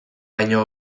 baino